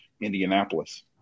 Indianapolis